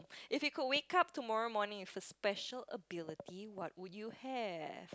if you could wake up tomorrow morning with a special ability what would you have